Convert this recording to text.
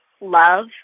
love